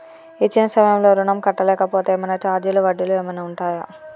ఇచ్చిన సమయంలో ఋణం కట్టలేకపోతే ఏమైనా ఛార్జీలు వడ్డీలు ఏమైనా ఉంటయా?